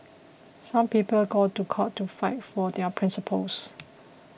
some people go to court to fight for their principles